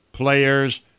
Players